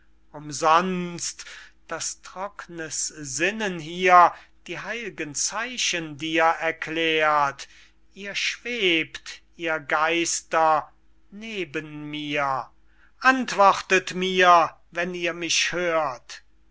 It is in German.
umsonst daß trocknes sinnen hier die heil'gen zeichen dir erklärt ihr schwebt ihr geister neben mir antwortet mir wenn ihr mich hört